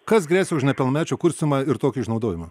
kas gresia už nepilnamečių kurstymą ir tokį išnaudojimą